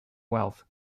wealth